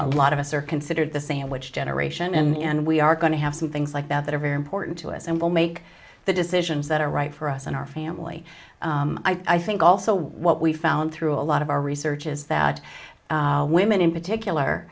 a lot of us are considered the sandwich generation and we are going to have to things like that that are very important to us and will make the decisions that are right for us in our family i think also what we found through a lot of our research is that women in particular